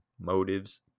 motives